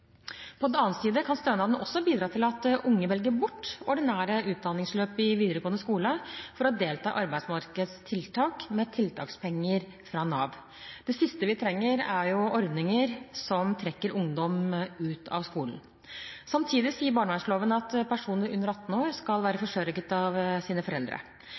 på arbeidsmarkedstiltak. På den annen side kan stønaden også bidra til at unge velger bort ordinære utdanningsløp i videregående skole for å delta i arbeidsmarkedstiltak med tiltakspenger fra Nav. Det siste vi trenger, er ordninger som trekker ungdom ut av skolen. Samtidig sier barneloven at personer under 18 år skal være forsørget av sine foreldre.